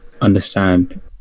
understand